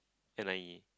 N_I_E